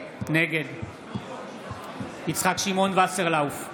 נגד יצחק שמעון וסרלאוף,